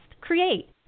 Create